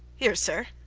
here, sir.